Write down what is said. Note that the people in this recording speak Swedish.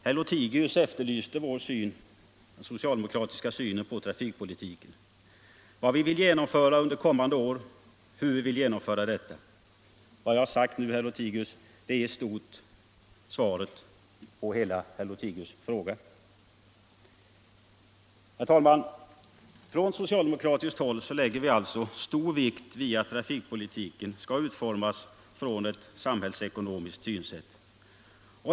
Herr Lothigius efterlyste den socialdemokratiska synen på trafikpolitiken. Han frågade vad vi vill genomföra under kommande år och hur vi vill genomföra detta: Vad jag har sagt nu, herr Lothigius, är i stort svaret på dessa frågor. Herr talman! Från socialdemokratiskt håll lägger vi alltså stor vikt vid att trafikpolitiken skall utformas från ett samhällsekonomiskt synsätt.